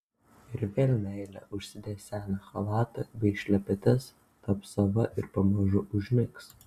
ir vėl meilė užsidės seną chalatą bei šlepetes taps sava ir pamažu užmigs